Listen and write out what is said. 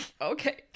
Okay